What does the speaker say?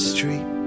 Street